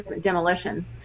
demolition